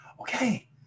okay